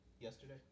yesterday